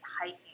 hiking